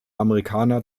amerikaner